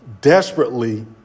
desperately